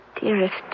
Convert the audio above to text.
dearest